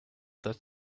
that